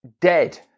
dead